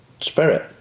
spirit